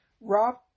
Rob